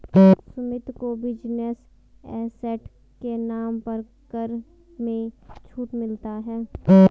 सुमित को business asset के नाम पर कर में छूट मिलता है